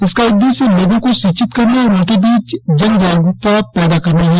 इसका उद्देश्य लोगों को शिक्षित करना और उनके बीच जागरुकता पैदा करना है